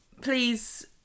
please